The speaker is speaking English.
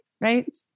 right